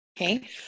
Okay